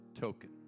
token